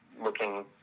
looking